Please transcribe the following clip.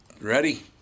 Ready